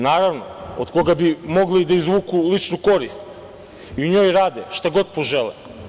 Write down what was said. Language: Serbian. Naravno, od koga bi mogli da izvuku ličnu korist i u njoj rade šta god požele.